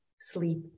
sleep